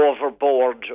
overboard